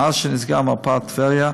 מאז נסגרה מרפאת טבריה,